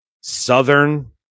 Southern